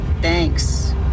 Thanks